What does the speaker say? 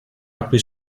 rugby